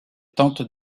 tente